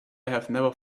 never